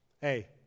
hey